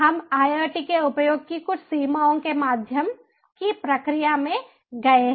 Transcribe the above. हम IoT के उपयोग की कुछ सीमाओं के माध्यम की प्रक्रिया में गए हैं